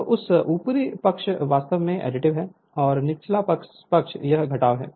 तो यह ऊपरी पक्ष वास्तव में एडिटिव है और निचला पक्ष यह घटाव है